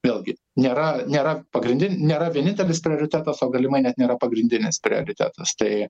vėlgi nėra nėra pagrindi nėra vienintelis prioritetas o galimai net nėra pagrindinis prioritetas tai